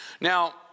Now